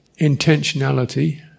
intentionality